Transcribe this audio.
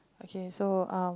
okay so um